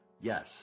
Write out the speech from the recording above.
Yes